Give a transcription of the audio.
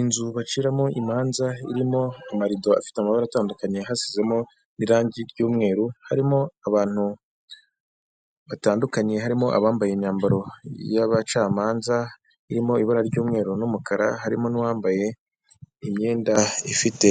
Inzu baciramo imanza irimo amarido afite amabara atandukanye, hasizemo n'irangi ry'umweru harimo abantu batandukanye harimo abambaye imyambaro y'abacamanza irimo ibara ry'umweru n'umukara, harimo n'uwambaye imyenda ifite